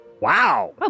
Wow